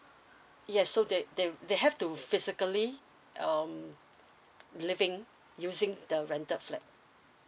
yes so they they they have to physically um living using the rented flat